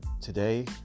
Today